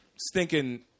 stinking